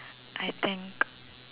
I think